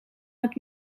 het